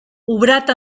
obrat